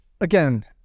again